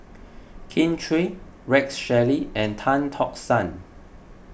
Kin Chui Rex Shelley and Tan Tock San